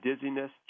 dizziness